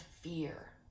fear